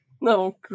No